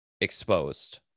exposed